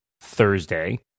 Thursday